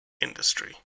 industry